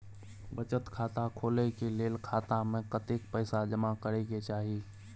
बचत खाता खोले के लेल खाता में कतेक पैसा जमा करे के चाही?